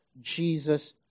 Jesus